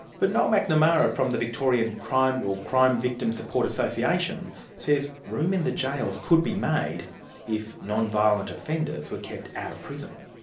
but noel mcnamara from the victorian crime ah crime victim support association says room in the jails could be made if non-violent offenders were kept out of prison.